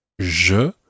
Je